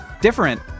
different